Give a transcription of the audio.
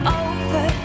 over